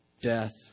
death